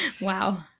Wow